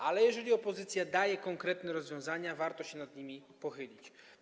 Ale jeżeli opozycja daje konkretne rozwiązania, warto się nad nimi pochylić.